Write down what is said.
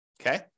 Okay